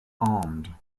armed